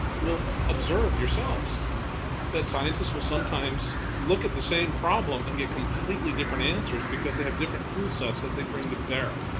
will observe yourselves that scientists will sometimes look at the same problem and get completely different different answers because they have different tool sets that they bring to bear.